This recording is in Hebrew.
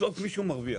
בסוף מישהו מרוויח,